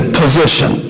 position